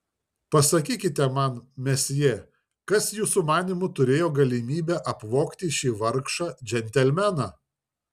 pasakykite man mesjė kas jūsų manymu turėjo galimybę apvogti šį vargšą džentelmeną